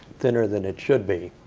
thinner than it should be.